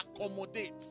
accommodate